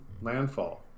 landfall